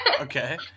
Okay